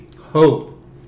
hope